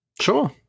Sure